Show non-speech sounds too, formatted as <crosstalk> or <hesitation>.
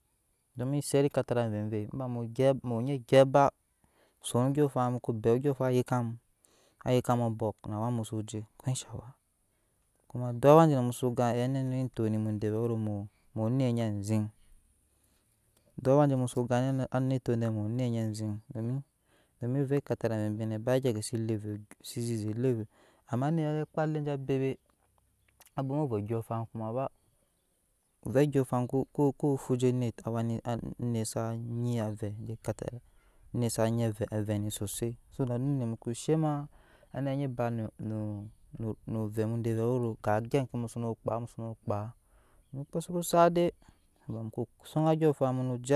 Omi set katandai mvɛi vɛi bamu gyep ba muwe onyi gyep ba zan ondyɔɔnfan muko dat andyɔɔɔfan wa yek kamu abɔk ko awa mu suje kama duk awa musu gan zɛɛ nuna etok nemu de vɛɛ muwe onet nye zeŋ duk awa musa ga anet nuna tok nemu vɛɛ mawe onet nye zeŋ domi vɛɛ katamai musi vɛi nɛ <hesitation> ma anet ze kpaa ali je ebe sa bwloma ovɛɛ andyɔ ɔfan ba vɛɛ ondyɔɔfan kuku fu je anet saa nyi avɛɛ je katarai net sa nyi avɛɛ ni sosoi zhema mɛɛ nyi bat na aveɛ je mi sana kpaa kpe suku sat nda sari ko sun ondyɔonfan mu noje.